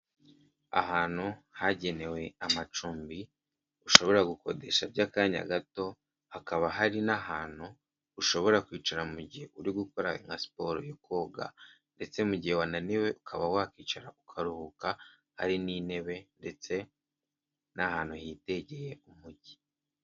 Ahantu hagenewe amacumbi, ushobora gukodeha by'akanya gato, hakaba hari n'ahantu, ushobora kwicara mu gihe uri gukora nka siporo yo koga, ndetse mu gihe wananiwe ukaba wakwicara ukaruhuka, hari n'intebe, ndetse n'ahantu hitegeye umugi.